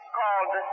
called